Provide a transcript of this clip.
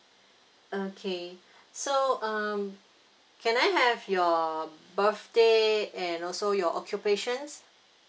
okay so um can I have your birthday and also your occupations